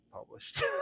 published